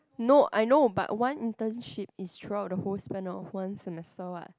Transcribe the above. no I know but one internship is throughout the whole spent of one semester what